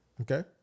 Okay